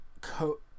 co